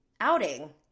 outing